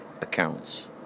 accounts